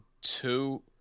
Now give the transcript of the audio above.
two